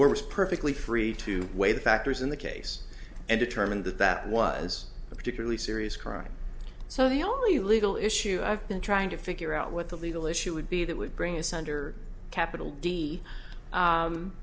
there was perfectly free to weigh the factors in the case and determined that that was a particularly serious crime so the only legal issue i've been trying to figure out what the legal issue would be that would bring this under capital d